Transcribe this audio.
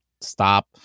stop